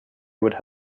would